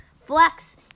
Flex